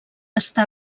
està